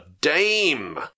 Dame